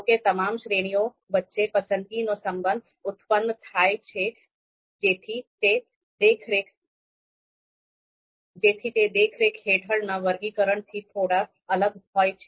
જો કે તમામ શ્રેણીઓ વચ્ચે પસંદગીનો સંબંધ ઉત્પન્ન થાય છે જેથી તે દેખરેખ હેઠળના વર્ગીકરણથી થોડો અલગ હોય છે